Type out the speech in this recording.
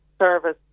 service